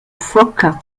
phoque